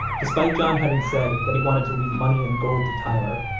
despite john having said that he wanted to leave money and gold to tyler,